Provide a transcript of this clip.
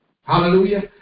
Hallelujah